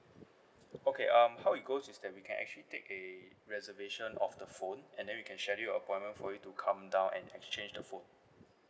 okay um how it goes is that we can actually take a reservation of the phone and then we can schedule a appointment for you to come down and exchange the phone